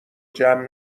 جمع